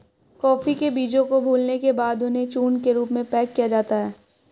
coffee के बीजों को भूलने के बाद उन्हें चूर्ण के रूप में पैक किया जाता है